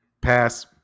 Pass